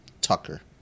Tucker